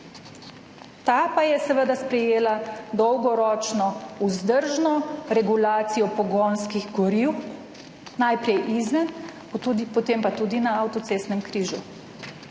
Ta pa je seveda sprejela dolgoročno vzdržno regulacijo pogonskih goriv, najprej izven, potem pa tudi na avtocestnem križu.